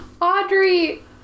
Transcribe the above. Audrey